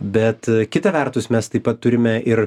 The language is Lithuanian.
bet kita vertus mes taip pat turime ir